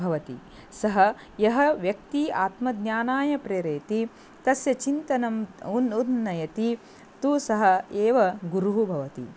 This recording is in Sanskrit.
भवति सः यः व्यक्तिः आत्मज्ञानाय प्रेरयति तस्य चिन्तनम् उन्न उन्नयति तु सः एव गुरुः भवति